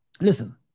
listen